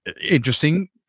interesting